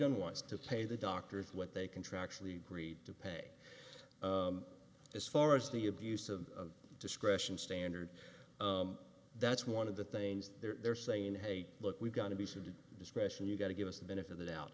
done wants to pay the doctors what they contractually agreed to pay as far as the abuse of discretion standard that's one of the things they're saying hey look we've got to be sued discretion you've got to give us the benefit of the doubt